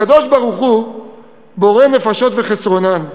הקדוש-ברוך-הוא בורא נפשות וחסרונן,